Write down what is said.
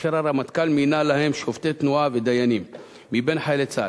אשר הרמטכ"ל מינה להם שופטי תנועה ודיינים מבין חיילי צה"ל.